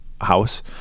house